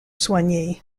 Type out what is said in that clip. soigné